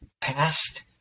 Past